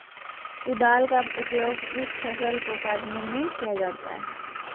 कुदाल का उपयोग किया फसल को कटने में किया जाता हैं?